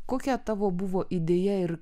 kokia tavo buvo idėja ir